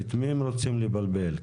את מי הם רוצים לבלבל?